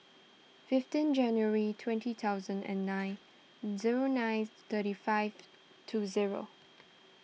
fifteen January twenty thousand and nine zero nine thirty five two zero